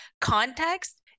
context